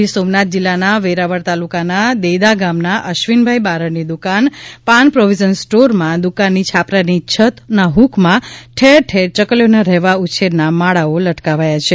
ગીર સોમનાથજીલ્લાના વેરાવળ તાલુકાના દેદા ગામના અશ્વીનભાઇ બારડની દુકાન પાન પ્રોવીઝન સ્ટોરમાં દુકાનની છાપરાની છત હુંકમાં ઠેર ઠેર ચકલીઓના રહેવા ઉછેરના માળાઓ લટકાવ્યા છે